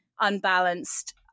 unbalanced